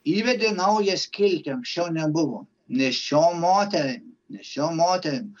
įvedė naują skiltį anksčiau nebuvo nėščiom moterim nėščiom moterim